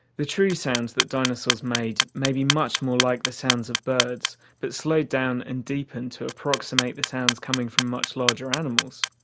the true sounds that dinosaurs made may be much more like the sounds of birds, but slowed down and deepened to approximate the sounds coming from much larger animals.